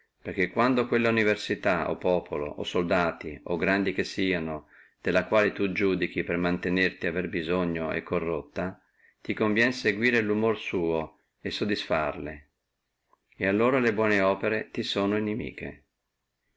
perché quando quella università o populo o soldati o grandi che sieno della quale tu iudichi avere per mantenerti bisogno è corrotta ti conviene seguire lumore suo per satisfarlo et allora le buone opere ti sono nimiche